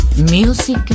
Music